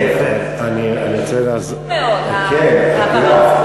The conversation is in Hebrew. כן, אני רוצה, חשוב מאוד, ההבהרה.